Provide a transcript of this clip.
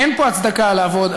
אין פה הצדקה לעבוד,